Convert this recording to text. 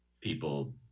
people